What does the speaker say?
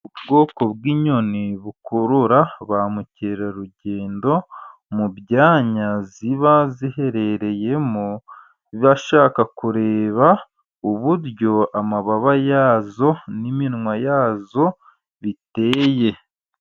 Ubwoko bw'inyoni bukurura ba mukerarugendo mu byanya ziba ziherereyemo, bashaka kureba uburyo amababa yazo n'iminwa yazo biteye.